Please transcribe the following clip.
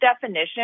definition